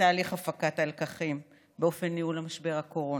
תהליך הפקת הלקחים באופן ניהול משבר הקורונה?